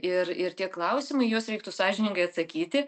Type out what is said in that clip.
ir ir tie klausimai juos reiktų sąžiningai atsakyti